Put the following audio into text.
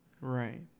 Right